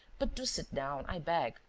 but do sit down, i beg.